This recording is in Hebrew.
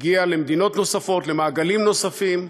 הגיע למדינות נוספות, למעגלים נוספים,